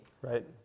Right